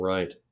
Right